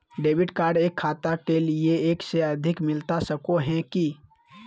Debit card एक खाता के लिए एक से अधिक मिलता सको है की?